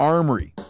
Armory